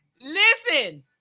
Listen